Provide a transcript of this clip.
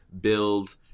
build